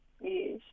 Yes